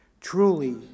truly